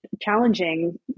challenging